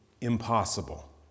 impossible